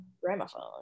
Gramophone